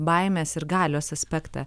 baimes ir galios aspektą